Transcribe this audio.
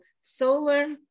solar